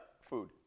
food